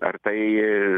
ar tai